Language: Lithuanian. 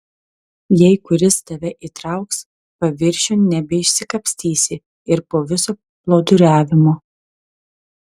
jei kuris tave įtrauks paviršiun nebeišsikapstysi ir po viso plūduriavimo